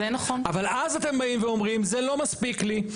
אבל אז אתם באים ואומרים זה לא מספיק לי.